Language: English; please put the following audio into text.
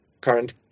current